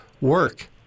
work